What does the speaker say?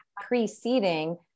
preceding